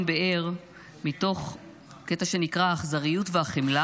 באר מתוך קטע שנקרא "האכזריות והחמלה"